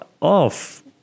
off